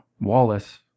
Wallace